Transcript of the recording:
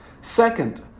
Second